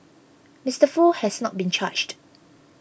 Mister Foo has not been charged